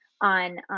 on